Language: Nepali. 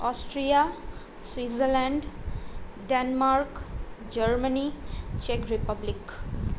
अस्ट्रिया स्विजरल्यान्ड डेनमार्क जर्मनी चेक रिपब्लिक